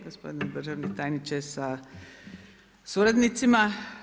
Gospodine državni tajniče sa suradnicima.